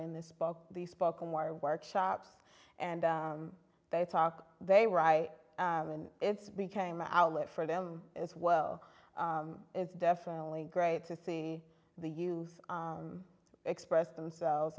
in this book the spoken word workshop and they talk they write and it's became an outlet for them as well it's definitely great to see the use express themselves